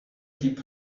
keep